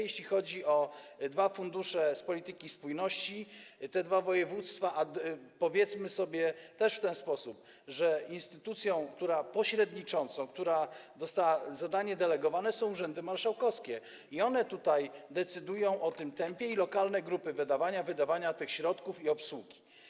Jeśli chodzi o dwa fundusze w ramach polityki spójności, o te dwa województwa, to powiedzmy sobie w ten sposób: instytucją pośredniczącą, która dostała zadanie delegowane, są urzędy marszałkowskie i one tutaj decydują o tym tempie - i lokalne grupy - wydawania tych środków i obsługi.